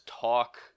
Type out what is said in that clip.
talk